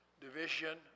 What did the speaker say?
division